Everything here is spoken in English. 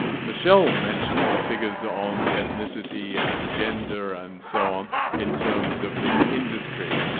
michelle mentioned the figures on ethnicity and gender and so on in terms of the industry.